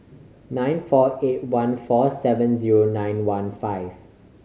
nine four eight one four seven zero nine one five